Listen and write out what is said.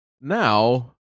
now